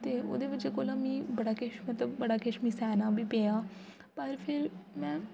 ते ओह्दी बजह कोला मी बड़ा किश मतलब बड़ा किश मी सैह्ना बी पेआ पर फेर में